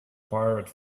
pirate